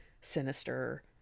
sinister